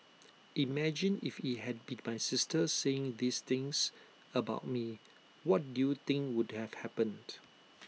imagine if IT had been my sister saying these things about me what do you think would have happened